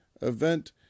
event